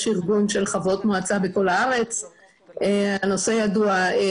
חברת ארגון חברות מועצה בכל הארץ והנושא ידוע ומוכר.